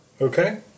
Okay